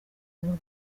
intama